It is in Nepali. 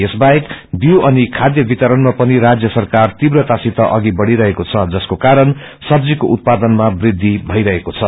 यस बाहेक बीऊ अनि खाद्य वितरणमा पनि राज्य सरकार तीव्रतासित अधि बढ़िरहेको छ जसको कारण सब्जीको उत्पादनमा वृद्धि भइरहेको छ